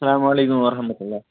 السلامُ علیکُم وَرَحمَتُہ اللہ